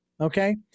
okay